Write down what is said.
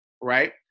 right